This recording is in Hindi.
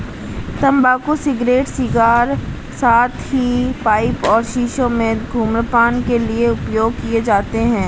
तंबाकू सिगरेट, सिगार, साथ ही पाइप और शीशों में धूम्रपान के लिए उपयोग किए जाते हैं